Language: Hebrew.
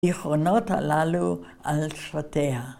זיכרונות הללו על שפתיה.